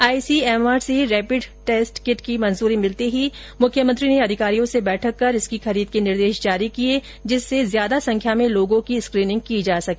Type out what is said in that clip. ICMR से rapid test kit की मंजूरी मिलते ही मुख्यमंत्री ने अधिकारियों से बैठक कर इसकी खरीद के निर्देश जारी कर दिए जिससे अधिक संख्या में लोगों की स्कीनिंग की जा सके